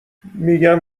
میگن